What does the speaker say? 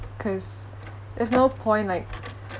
cause there's no point like